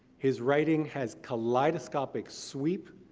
his writing has kaleidoscopic sweep,